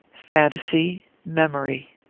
phantasy, memory.